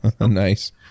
Nice